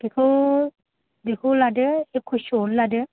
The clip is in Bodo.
बेखौ बेखौ लादो एखसस' आवनो लादो